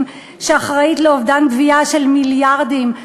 שאחראית לאובדן גבייה של מיליארדים,